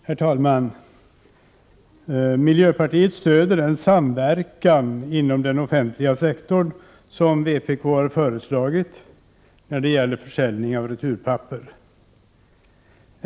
Herr talman! Miljöpartiet stöder den samverkan inom den offentliga sektorn som vpk har föreslagit när det gäller försäljning av returpapper.